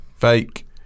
Fake